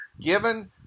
given